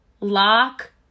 lock